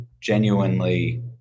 genuinely